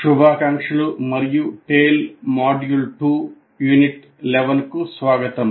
శుభాకాంక్షలు మరియు TALE module 2 unit 11 కు స్వాగతం